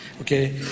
Okay